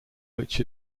which